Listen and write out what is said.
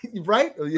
Right